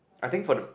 I think for the